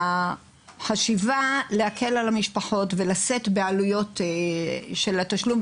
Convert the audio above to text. החשיבה להקל על המשפחות ולשאת בעלויות של התשלום,